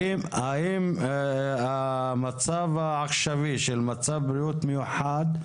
האם המצב העכשווי של מצב בריאות מיוחד,